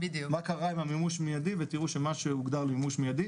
מה קרה עם המימוש מיידי ותראו שמה שהוגדר מימוש מיידי,